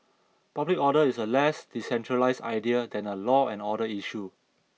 public order is a less decentralised idea than a law and order issue